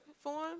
form